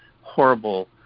horrible